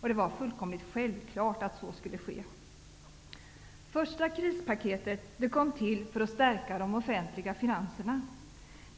Det var fullkomligt självklart att så skulle ske. Det första krispaketet kom till för att stärka de offentliga finanserna.